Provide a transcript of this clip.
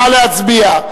נא להצביע.